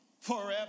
forever